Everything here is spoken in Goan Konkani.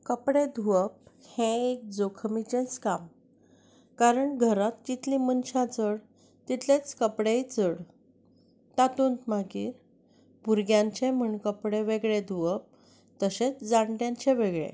कपडे धुवप हें एक जोखमीचेंच काम कारण घरांत जितलींं मनशां चड तितलेच कपडेय चड तातूंत मागीर भुरग्यांचे म्हूण कपडे वेगळे धुंवप तशेंच जाणट्यांचे वेगळें